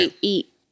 eat